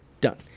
Done